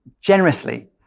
generously